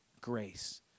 grace